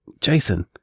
Jason